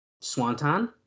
Swanton